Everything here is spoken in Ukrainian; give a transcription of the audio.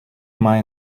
має